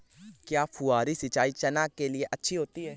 क्या फुहारी सिंचाई चना के लिए अच्छी होती है?